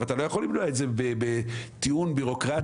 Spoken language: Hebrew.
אתה לא יכול למנוע את זה בטיעון בירוקרטי,